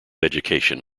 education